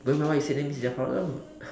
going by what you said that means it's your problem